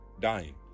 dying